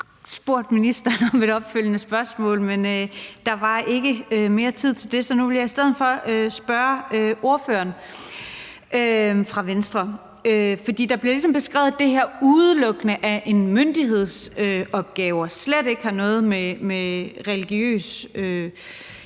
stillet ministeren et opfølgende spørgsmål, men der var ikke mere tid til det, så nu vil jeg i stedet for spørge ordføreren fra Venstre. For der bliver ligesom beskrevet, at det her udelukkende er en myndighedsopgave og slet ikke har noget med religiøs